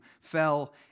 fell